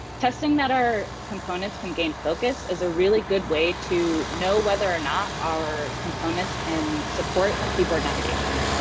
testing that our components can gain focus is a really good way to know whether or not our components can support keyboard navigation.